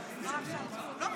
שיסכם,